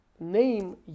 Name